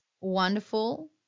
wonderful